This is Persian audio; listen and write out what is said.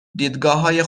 دیدگاههای